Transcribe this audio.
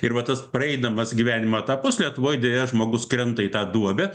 ir va tas praeidamas gyvenimo etapus lietuvoj deja žmogus krenta į tą duobę